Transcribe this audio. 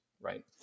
right